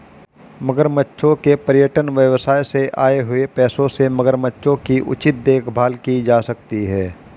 मगरमच्छों के पर्यटन व्यवसाय से आए हुए पैसों से मगरमच्छों की उचित देखभाल की जा सकती है